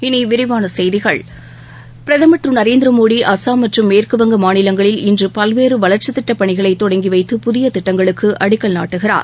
இனி விரிவான செய்திகள் பிரதமர் திரு நரேந்திர மோடி அஸ்ஸாம் மற்றும் மேற்கு வங்க மாநிலங்களில் இன்று பல்வேறு வளர்ச்சித் திட்டப்பணிகளை தொடங்கி வைத்து புதிய திட்டங்களுக்கு அடிக்கல் நாட்டுகிறார்